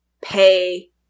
pay